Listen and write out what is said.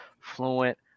Fluent